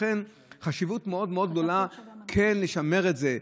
לכן החשיבות המאוד-מאוד גדולה כן לשמר את זה.